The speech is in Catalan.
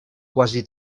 quasi